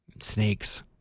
snakes